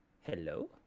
hello